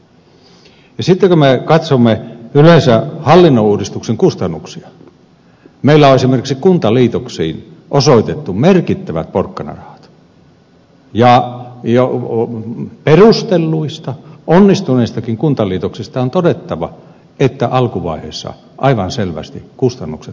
ja sitten kun me katsomme yleensä hallinnonuudistuksen kustannuksia meillä on esimerkiksi kuntaliitoksiin osoitettu merkittävät porkkanarahat ja jo perustelluista onnistuneistakin kuntaliitoksista on todettava että alkuvaiheessa kustannukset ovat aivan selvästi nousseet